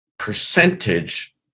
percentage